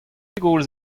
pegoulz